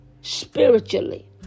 spiritually